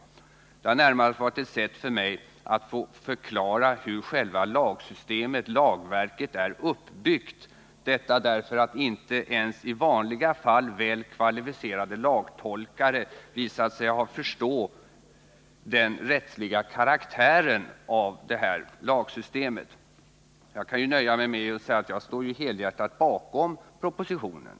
Vad jag sagt har närmast varit ett sätt för mig att få förklara hur själva lagsystemet, lagverket, är uppbyggt — detta därför att inte ensi vanliga fall väl kvalificerade lagtolkare visat sig ha förstått den rättsliga karaktären av det här lagsystemet. Jag kan nöja mig med att säga att jag står helhjärtat bakom propositionen.